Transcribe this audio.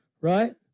right